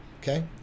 okay